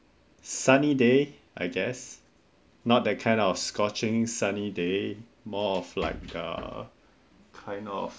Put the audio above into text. sunny day I guess not that kind of scorching sunny day more of like uh kind of